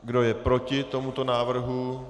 Kdo je proti tomuto návrhu?